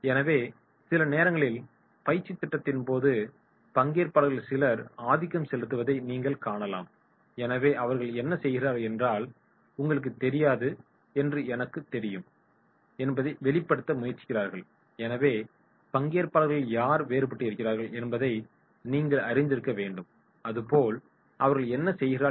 எனவே சில நேரங்களில் பயிற்சித் திட்டத்தின் போது பங்கேற்பாளர்களில் சிலர் ஆதிக்கம் செலுத்துவதை நீங்கள் காணலாம் எனவே அவர்கள் என்ன செய்கிறார்கள் என்றால் "உங்களுக்குத் தெரியாது என்று எனக்குத் தெரியும்" என்பதைக் வெளிப்படுத்த முயற்சிக்கிறார்கள் எனவே பங்கேற்பாளர்களில் யார் வேறுபட்டு இருக்கிறார்கள் என்பதை நீங்கள் அறிந்திருக்க வேண்டும் அதுபோல் அவர்கள் என்ன செய்கிறார்கள்